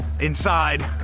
inside